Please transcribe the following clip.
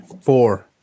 Four